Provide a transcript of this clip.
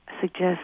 suggest